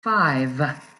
five